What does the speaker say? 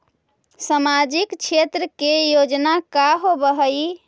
सामाजिक क्षेत्र के योजना का होव हइ?